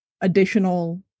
additional